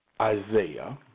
Isaiah